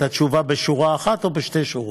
את רוצה את התשובה בשורה אחת או בשתי שורות?